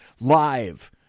live